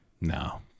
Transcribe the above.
No